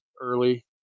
early